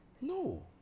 No